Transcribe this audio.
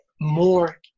more